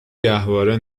گهواره